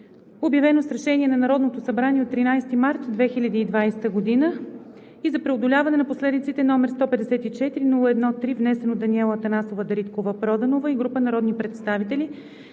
обявено с решение на Народното събрание от 13 март 2020 г., и за преодоляване на последиците, № 154-01-3, внесен от Даниела Анастасова Дариткова-Проданова и група народни представители